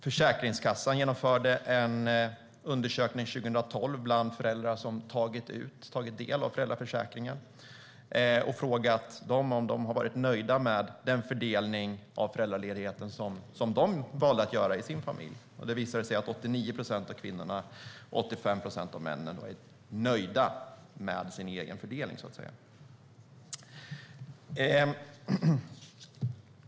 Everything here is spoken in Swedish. Försäkringskassan genomförde också en undersökning 2012 bland föräldrar som tagit del av föräldraförsäkringen. Man frågade om de har varit nöjda med den fördelning av föräldraledigheten de valde att göra i sina familjer, och det visade sig att 89 procent av kvinnorna och 85 procent av männen är nöjda med den egna fördelningen.